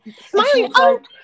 smiling